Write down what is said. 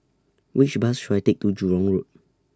Which Bus should I Take to Jurong Road